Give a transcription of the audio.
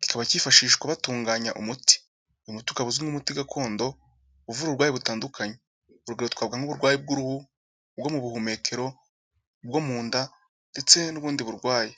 kikaba cyifashishwa batunganya umuti, uyu muti ukaba uzwi nk'umuti gakondo uvura uburwayi butandukanye, ubwo twavuga nk'uburwayi bw'uruhu, ubwo mu buhumekero, ubwo mu nda ndetse n'ubundi burwayi.